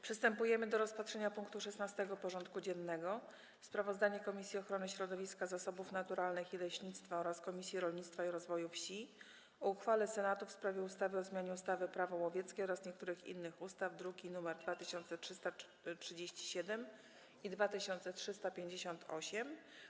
Przystępujemy do rozpatrzenia punktu 16. porządku dziennego: Sprawozdanie Komisji Ochrony Środowiska, Zasobów Naturalnych i Leśnictwa oraz Komisji Rolnictwa i Rozwoju Wsi o uchwale Senatu w sprawie ustawy o zmianie ustawy Prawo łowieckie oraz niektórych innych ustaw (druki nr 2337 i 2358)